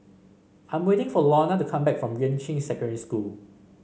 I am waiting for Lorna to come back from Yuan Ching Secondary School